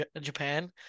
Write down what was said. Japan